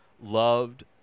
loved